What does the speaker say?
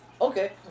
Okay